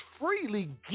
freely